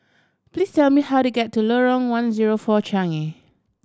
please tell me how to get to Lorong One Zero Four Changi